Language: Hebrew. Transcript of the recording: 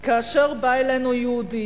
”כאשר בא אלינו יהודי,